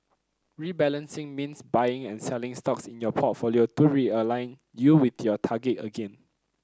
rebalancing means buying and selling stocks in your portfolio to realign you with your target again